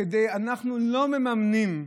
אנחנו לא מממנים בידודים,